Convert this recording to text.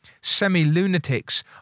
Semi-lunatics